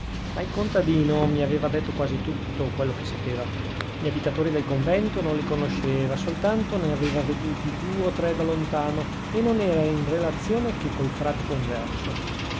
ma il contadino mi aveva detto quasi tutto quel che sapeva gli abitatori del convento non li conosceva soltanto ne aveva veduti due o tre da lontano e non era in relazione che col frate converso